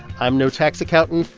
i'm no tax accountant,